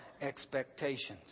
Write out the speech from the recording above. Expectations